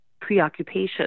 preoccupation